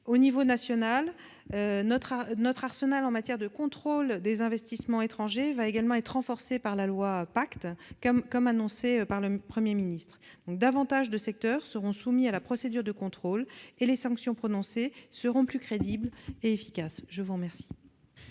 Au niveau national, notre arsenal en matière de contrôle des investissements étrangers va également être renforcé dans le cadre de la future loi PACTE, comme l'a annoncé le Premier ministre : davantage de secteurs seront soumis à la procédure de contrôle, et les sanctions prononcées seront plus crédibles et efficaces. La parole